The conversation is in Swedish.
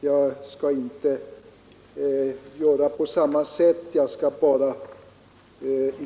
Jag skall inte göra på samma sätt.